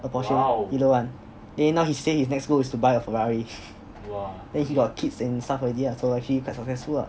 or porsche ah either one then he said his next goal is to buy a ferrari then he got kids and stuff already lah so he quite successful ah